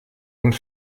und